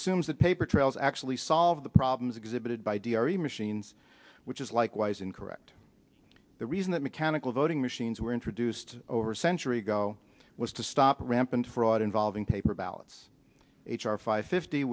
assumes that paper trails actually solve the problems exhibited by d r e machines which is likewise incorrect the reason that mechanical voting machines were introduced over a century ago was to stop rampant fraud involving paper ballots h r five fifty